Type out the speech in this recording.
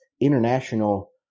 international